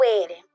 wedding